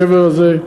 מעבר לזה,